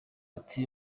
ati